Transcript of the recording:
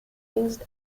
used